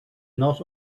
not